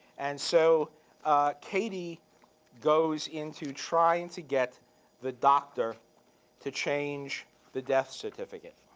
and so katie goes into trying to get the doctor to change the death certificate.